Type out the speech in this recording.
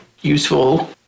useful